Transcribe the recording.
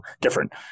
different